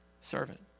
servant